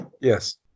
yes